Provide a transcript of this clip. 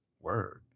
Word